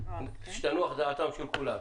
שתנוח דעתם של כולם.